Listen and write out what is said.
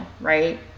right